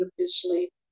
officially